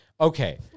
Okay